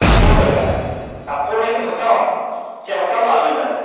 ᱳᱯᱳ ᱨᱮ ᱳᱯᱳ ᱨᱮᱭᱟᱜ ᱵᱤᱱ ᱦᱟᱛᱟᱣᱟ ᱪᱮ ᱦᱟᱛᱟᱣᱟ ᱞᱮᱜᱼᱟ ᱵᱤᱱ ᱛᱟᱦᱮᱱ